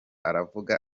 aravuga